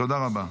תודה רבה.